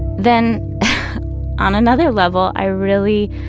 then on another level i really,